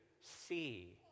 see